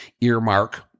earmark